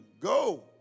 go